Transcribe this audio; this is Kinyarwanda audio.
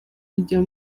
kujya